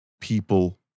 people